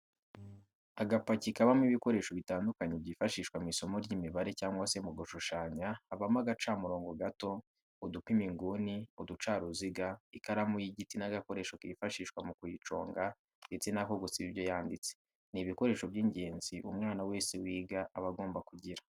Agapaki kabamo ibikoresho bitandukanye byifashishwa mu isomo ry'imibare cyangwa se mu gushushanya habamo agacamurongo gato, udupima inguni, uducaruziga, ikaramu y'igiti n'agakoresho kifashishwa mu kuyiconga ndetse n'ako gusiba ibyo yanditse, ni ibikoresho by'ingenzi umwana wese wiga aba agomba kugira.